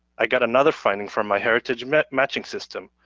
i got another finding from myheritage matching system.